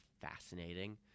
fascinating